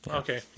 okay